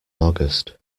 august